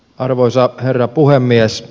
arvoisa herra puhemies